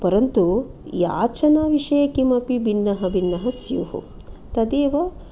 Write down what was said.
परन्तु याचनविषये किमपि भिन्नः भिन्नः स्युः तदेव